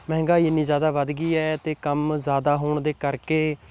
ਮਹਿੰਗਾਈ ਇੰਨੀ ਜ਼ਿਆਦਾ ਵੱਧ ਗਈ ਹੈ ਅਤੇ ਕੰਮ ਜ਼ਿਆਦਾ ਹੋਣ ਦੇ ਕਰਕੇ